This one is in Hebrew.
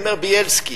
אני אומר: בילסקי.